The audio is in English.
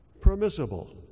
permissible